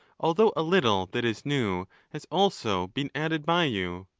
although a little that is new has also been added by you.